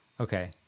Okay